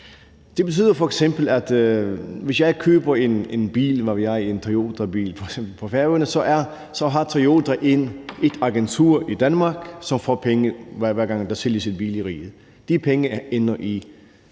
Det betyder f.eks., at hvis jeg køber en bil – hvad ved jeg, en Toyotabil – på Færøerne, så har Toyota et agentur i Danmark, som får penge, hver gang der sælges en bil i riget. De penge ender i